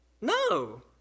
No